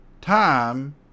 time